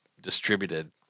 distributed